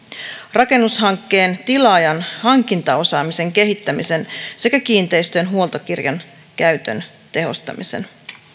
rakennushankkeen tilaajan hankintaosaamisen kehittämisen sekä kiinteistön huoltokirjan käytön tehostamisen